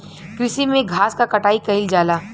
कृषि में घास क कटाई कइल जाला